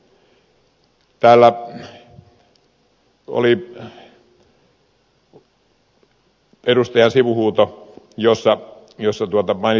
täällä oli edustajan sivuhuuto jossa mainittiin somero